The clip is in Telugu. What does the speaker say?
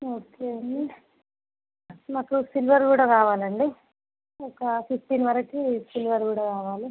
ఓకే అండి నాకు సిల్వర్ కూడా కావాలండి ఒక ఫిఫ్టీన్ వరకు సిల్వర్ కూడా కావాలి